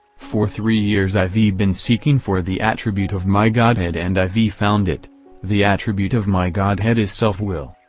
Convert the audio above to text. for three years i ve been seeking for the attribute of my godhead and i ve found it the attribute of my godhead is self-will!